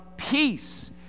peace